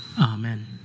Amen